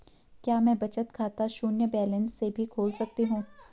क्या मैं बचत खाता शून्य बैलेंस से भी खोल सकता हूँ?